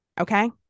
Okay